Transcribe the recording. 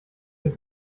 für